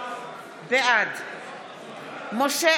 בעד משה